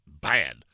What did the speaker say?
bad